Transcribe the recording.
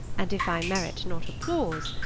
and if i merit not applause,